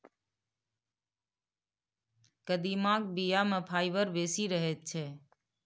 कदीमाक बीया मे फाइबर बेसी रहैत छै